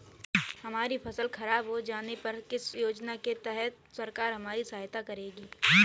हमारी फसल खराब हो जाने पर किस योजना के तहत सरकार हमारी सहायता करेगी?